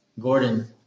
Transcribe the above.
gordon